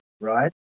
right